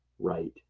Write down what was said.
right